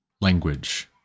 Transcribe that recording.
language